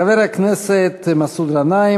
חבר הכנסת מסעוד גנאים,